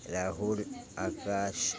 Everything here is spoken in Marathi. राहुल आकाश